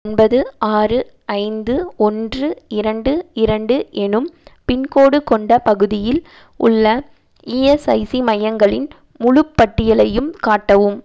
ஒன்பது ஆறு ஐந்து ஒன்று இரண்டு இரண்டு எனும் பின்கோடு கொண்ட பகுதியில் உள்ள இஎஸ்ஐசி மையங்களின் முழுப் பட்டியலையும் காட்டவும்